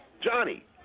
Johnny